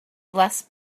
less